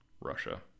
Russia